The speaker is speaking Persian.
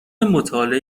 مطالعه